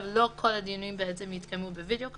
לא כל הדיונים יתקיימו בווידיאו קונפרנס,